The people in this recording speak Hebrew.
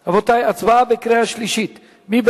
כן?